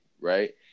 right